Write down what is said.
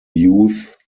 youth